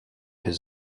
his